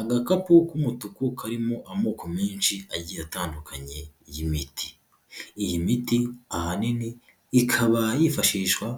Agakapu k'umutuku karimo amoko menshi agiye atandukanye y'imiti, iyi miti ahanini ikaba yifashishwa